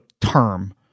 term